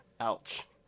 Ouch